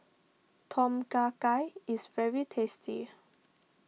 Tom Kha Gai is very tasty